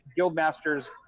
Guildmasters